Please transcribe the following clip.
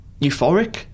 euphoric